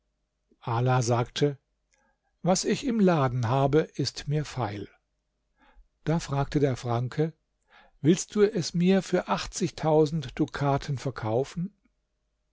ala sagte was ich im laden habe ist mir feil da fragte der franke willst du mir es für achtzigtausend dukaten verkaufen